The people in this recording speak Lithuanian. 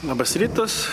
labas rytas